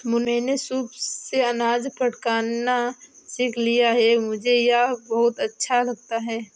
मैंने सूप से अनाज फटकना सीख लिया है मुझे यह बहुत अच्छा लगता है